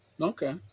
Okay